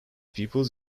peoples